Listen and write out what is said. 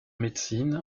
médecine